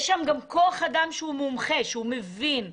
יש שם גם כוח אדם מומחה ובקי בעניינים אלו,